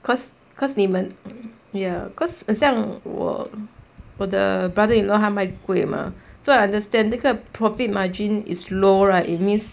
because because 你们 ya because 很像我我的 brother-in-law 他卖 kueh mah so I understand 那个 profit margin is low right it means